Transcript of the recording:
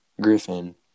Griffin